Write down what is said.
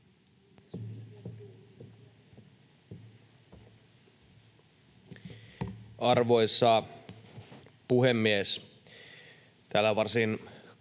Arvoisa puhemies!